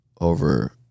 over